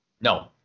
No